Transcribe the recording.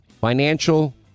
financial